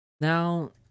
now